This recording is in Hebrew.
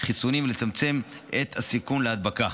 החיסונים ולצמצם את הסיכון להדבקה.